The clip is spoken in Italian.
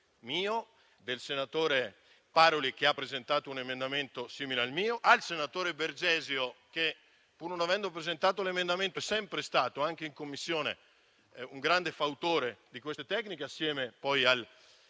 mio, del senatore Paroli che ha presentato un emendamento simile al mio, del senatore Bergesio che pur non avendo presentato un emendamento è sempre stato anche in Commissione un grande fautore di queste tecniche, del